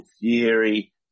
theory